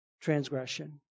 transgression